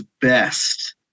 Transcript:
best